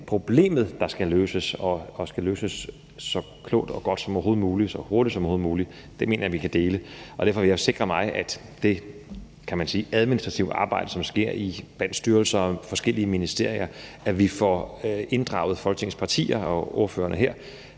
problemet, der skal løses, og som skal løses så klogt og godt som overhovedet muligt og så hurtigt som overhovedet muligt, mener jeg vi kan dele det. Derfor vil jeg sikre mig, at vi i det administrative arbejde, som sker iblandt styrelser og forskellige ministerier, får inddraget Folketingets partier og ordførerne her